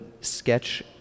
sketch